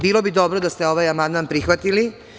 Bilo bi dobro da ste ovaj amandman prihvatili.